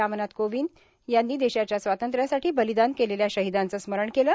रामनाथ कोविंद यांनी देशाच्या स्वातंत्र्यासाठी बलिदान दिलेल्या शहिदांचं स्मरण केलं